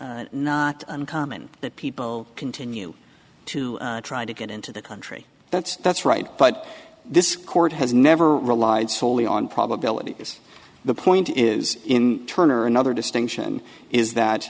not uncommon that people continue to try to get into the country that's that's right but this court has never relied soley on probabilities the point is in turn or another distinction is that